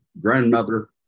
grandmother